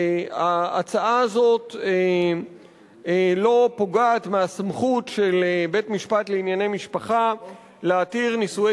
ההצעה הזאת לא פוגעת בסמכות של בית-משפט לענייני משפחה להתיר נישואי